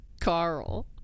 Carl